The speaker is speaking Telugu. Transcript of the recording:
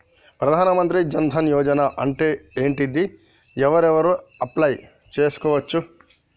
ప్రధాన మంత్రి జన్ ధన్ యోజన అంటే ఏంటిది? ఎవరెవరు అప్లయ్ చేస్కోవచ్చు?